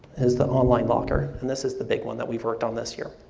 is the online locker, and this is the big one that we've worked on this year.